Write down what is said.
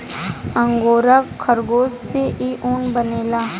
angora खरगोश से इ ऊन बनेला